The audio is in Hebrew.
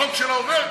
החוק שלה עובר,